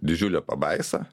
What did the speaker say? didžiulė pabaisa